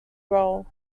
role